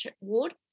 Ward